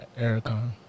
Ericon